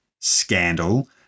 scandal